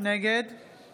נגד